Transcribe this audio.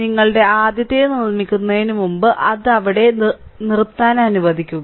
നിങ്ങളുടെ ആദ്യത്തേത് നിർമ്മിക്കുന്നതിനുമുമ്പ് അത് അവിടെ നിർത്താൻ അനുവദിക്കുക